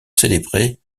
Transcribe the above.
célébré